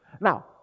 Now